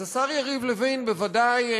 אז השר יריב לוין בוודאי,